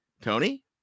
Tony